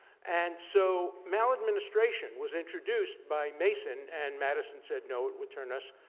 and so, maladministration was introduced by mason and madison said no, it would turn us,